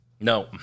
No